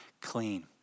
clean